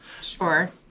Sure